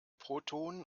protonen